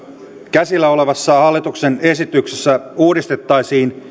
käsillä olevassa hallituksen esityksessä uudistettaisiin